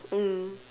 mm